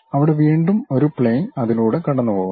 അവിടെ വീണ്ടും ഒരു പ്ളെയിൻ അതിലൂടെ കടന്നുപോകുന്നു